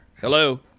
Hello